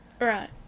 Right